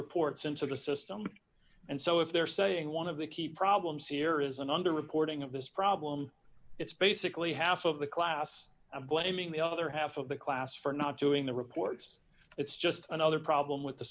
reports into the system and so if they're saying one of the key problems here isn't under reporting of this problem it's basically half of the class and blaming the other half of the class for not doing the reports it's just another problem with the